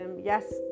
yes